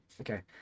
okay